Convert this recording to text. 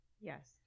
Yes